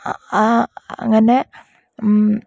അങ്ങനെ